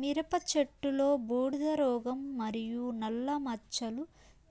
మిరప చెట్టులో బూడిద రోగం మరియు నల్ల మచ్చలు